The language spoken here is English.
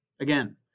Again